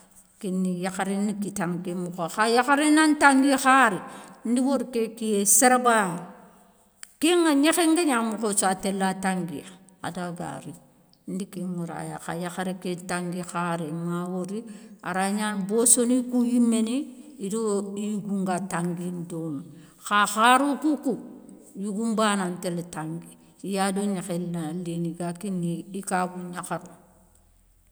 Kéni yakharé ni kita ké mokhowa, kha yakharé na ntangui kharé ndi wori ké kiyé séré bané, kéŋa gnékhé nga gna mokho sou a téla tanguiya a da ga rini ndi kén ŋora ya kha yakharé ké tangui kharé ma wori, a raya gnana bosso ni kou yimeni i do i yougou nga tanguini domé, kha kharou kou kou yougou nbana ntélé tangui. I ya do gnékhé na lini i ga kini i kagou gnakharou.